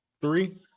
three